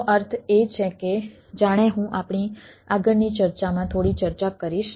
તેનો અર્થ એ છે કે જાણે હું આપણી આગળની ચર્ચામાં થોડી ચર્ચા કરીશ